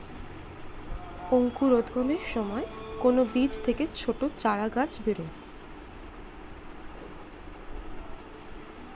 অঙ্কুরোদ্গমের সময় কোন বীজ থেকে ছোট চারাগাছ বেরোয়